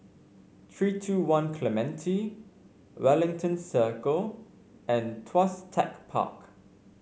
three two One Clementi Wellington Circle and Tuas Tech Park